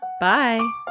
Bye